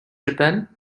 japan